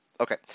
Okay